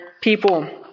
people